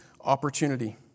opportunity